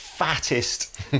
fattest